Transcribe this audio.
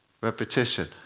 Repetition